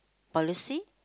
policy